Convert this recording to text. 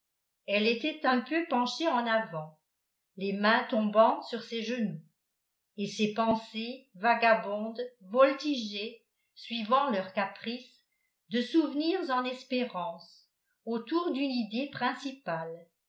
elle était un peu penchée en avant les mains tombantes sur ses genoux et ses pensées vagabondes voltigeaient suivant leur caprice de souvenirs en espérances autour d'une idée principale